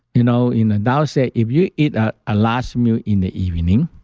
you know, in the tao say if you eat a large meal in the evening,